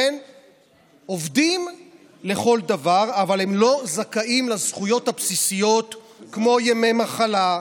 עובדים לכל דבר אבל הם לא זכאים לזכויות בסיסיות כמו ימי מחלה,